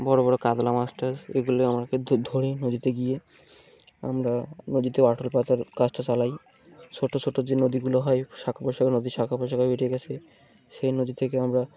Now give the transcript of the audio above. বড়ো বড়ো কাতলা মাছ টাছ এগুলো আমাকে ধরে নদীতে গিয়ে আমরা নদীতে আঠল পচার কাজটা চালাই ছোটো ছোটো যে নদীগুলো হয় শঁখা পোশাকের নদী শাখা পোশাখা বেটে গেছেে সেই নদী থেকে আমরা